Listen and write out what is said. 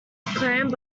acclaimed